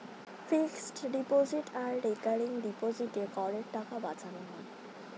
fixed deposit আর recurring ডিপোজিটে করের টাকা বাঁচানো যায়